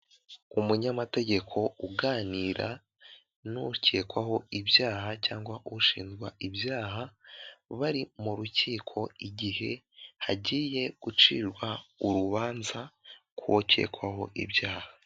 Umunyamategeko uganira n'ukekwaho ibyaha cyangwa ushinjwa ibyaha bari mu rukiko igihe hagiye gucirwa urubanza ku ukekwaho ibyaha.